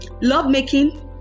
Lovemaking